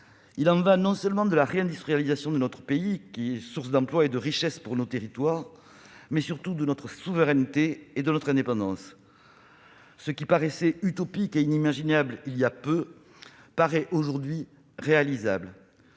Il y va non seulement de la réindustrialisation de notre pays, source d'emplois et de richesses pour nos territoires, mais aussi, et surtout, de notre souveraineté et de notre indépendance. Ce qui paraissait utopique et inimaginable il y a peu de temps paraît aujourd'hui réalisable.